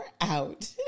out